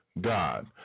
God